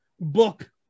book